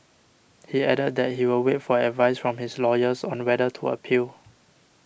he added that he will wait for advice from his lawyers on the whether to appeal